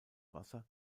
wasser